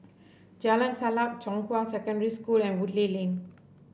Jalan Sajak Zhonghua Secondary School and Woodleigh Lane